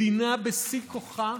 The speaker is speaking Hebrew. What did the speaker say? מדינה בשיא כוחה,